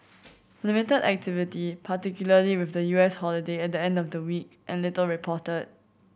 limited activity particularly with the U S holiday at the end of the week and little reported